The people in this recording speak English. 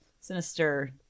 sinister